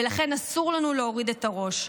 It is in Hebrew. ולכן אסור לנו להוריד את הראש.